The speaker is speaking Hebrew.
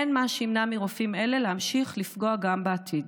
אין מה שימנע מרופאים אלה להמשיך לפגוע גם בעתיד.